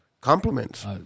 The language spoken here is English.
compliments